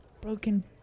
broken